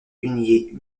huniers